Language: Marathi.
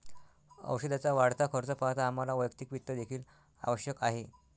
औषधाचा वाढता खर्च पाहता आम्हाला वैयक्तिक वित्त देखील आवश्यक आहे